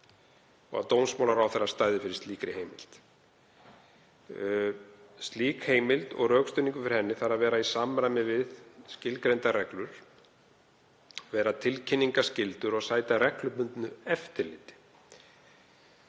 og að dómsmálaráðherra stæði fyrir slíkri heimild. Slík heimild og rökstuðningur fyrir henni þarf að vera í samræmi við skilgreindar reglur, vera tilkynningarskyld og sæta reglubundnu eftirliti